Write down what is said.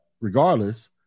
regardless